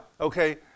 okay